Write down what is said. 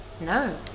No